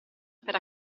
per